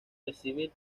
recibir